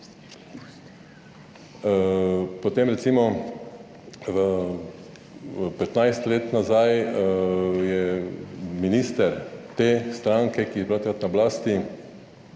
Potem recimo, 15 let nazaj je minister te stranke, ki je bila takrat na oblasti,